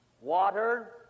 water